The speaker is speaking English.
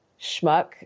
schmuck